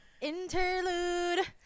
Interlude